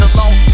Alone